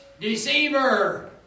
deceiver